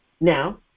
Now